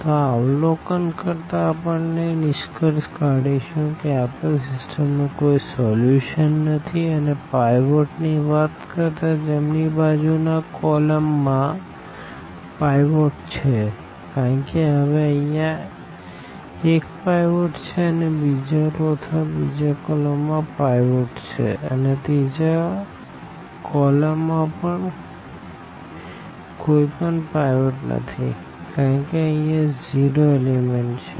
તો આ અવલોકન કરતા આપણે એ નિષ્કર્ષ કાઢીશું કે આપેલ સીસ્ટમ નું કોઈ સોલ્યુશન નથી અને પાઈવોટ ની વાત કરતા જમણી બાજુ ના કોલમ માં પાઈવોટ છે કારણ કે હવે અહિયાં એક પાઈવોટ છે અને બીજા રો અથવા બીજા કોલમ માં પાઈવોટ છે અને ત્રીજા કોલમ માં કોઈ પણ પાઈવોટ નથી કારણ કે અહિયાં 0 એલિમેન્ટ છે